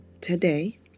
today